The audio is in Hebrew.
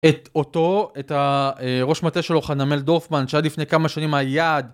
את אותו, את הראש מטה שלו, חנמאל דורפמן, שעד לפני כמה שנים היה עד.